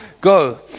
go